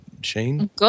Shane